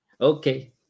Okay